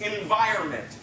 environment